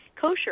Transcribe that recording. kosher